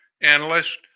analyst